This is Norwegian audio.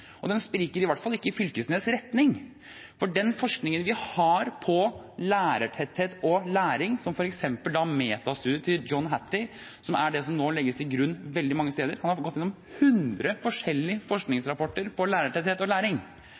og den spriker i hvert fall ikke i Knag Fylkesnes’ retning. For den forskningen vi har om lærertetthet og læring, som f.eks. metastudien til John Hattie, som er den som nå legges til grunn veldig mange steder – han har gått gjennom 100 forskjellige forskningsrapporter om lærertetthet og læring,